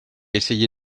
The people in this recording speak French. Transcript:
essayé